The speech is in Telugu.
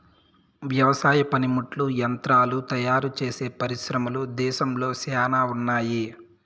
వ్యవసాయ పనిముట్లు యంత్రాలు తయారుచేసే పరిశ్రమలు దేశంలో శ్యానా ఉన్నాయి